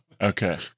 Okay